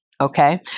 Okay